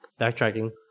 Backtracking